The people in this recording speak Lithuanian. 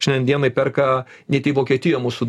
šiandien dienai perka net į vokietiją mūsų